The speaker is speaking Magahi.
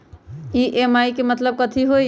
ई.एम.आई के मतलब कथी होई?